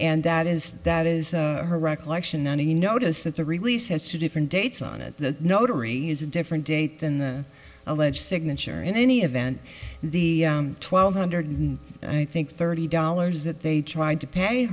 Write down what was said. and that is that is her recollection and you notice that the release has two different dates on it the notary is a different date than the alleged signature in any event the twelve hundred i think thirty dollars that they tried to pay